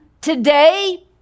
Today